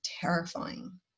terrifying